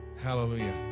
Hallelujah